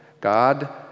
God